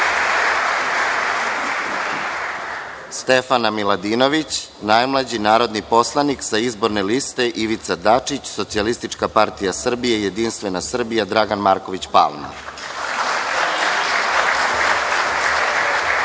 Stefana Miladinović, najmlađi narodni poslanik sa izborne liste Ivica Dačić – „Socijalistička partija Srbije (SPS), Jedinstvena Srbija (JS) – Dragan Marković Palma;